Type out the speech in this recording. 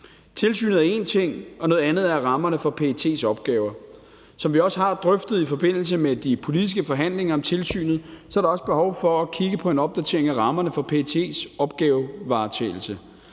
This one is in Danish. Tilsynet er en ting. Noget andet er rammerne for PET's opgaver. Som vi også har drøftet i forbindelse med de politiske forhandlinger om tilsynet, er der også behov for at kigge på en opdatering af rammerne for PET's opgavevaretagelse,